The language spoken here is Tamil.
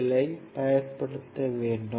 எல் பயன்படுத்த வேண்டும்